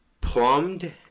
plumbed